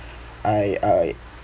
I I